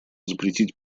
запретить